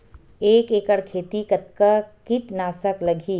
एक एकड़ खेती कतका किट नाशक लगही?